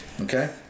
Okay